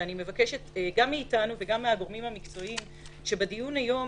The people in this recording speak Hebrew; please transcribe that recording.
ואני מבקשת גם מאיתנו וגם מהגורמים המקצועיים בדיון היום,